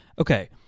okay